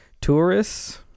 tourists